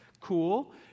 cool